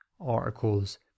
articles